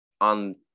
on